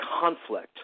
conflict